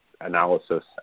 analysis